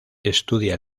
estudia